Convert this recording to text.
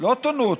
לא תונו אותו,